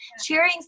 cheering